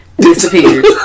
Disappeared